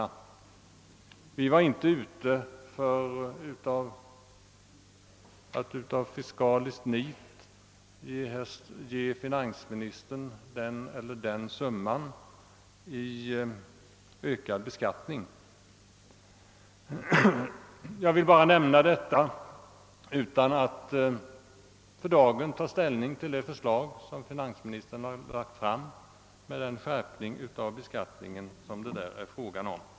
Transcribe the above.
Vi var inte ute för att av fiskaliskt nit ge finansministern den ena eller andra summan i ökad beskattning. Jag vill bara nämna detta utan att för dagen ta ställning till det förslag som finansministern har lagt fram, med den skärpning av beskattningen som det där är fråga om.